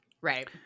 Right